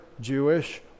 Jewish